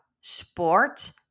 sport